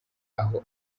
aho